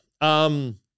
Um-